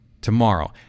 Tomorrow